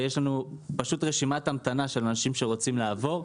ויש לנו פשוט רשימת המתנה של אנשים שרוצים לעבור.